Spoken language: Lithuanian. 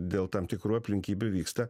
dėl tam tikrų aplinkybių vyksta